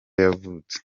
yavutse